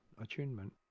attunement